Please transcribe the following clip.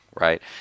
Right